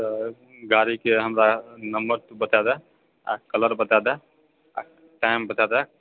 तऽ गाड़ीके हमरा नम्बर तू बताए दए आ कलर बताए दए आ टाइम बताए दए